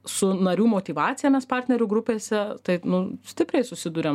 su narių motyvacija mes partnerių grupėse taip nu stipriai susiduriam